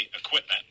equipment